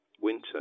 Winter